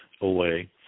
away